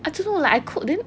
I don't know like I cook then